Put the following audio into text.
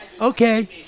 Okay